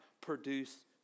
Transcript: produce